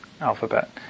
alphabet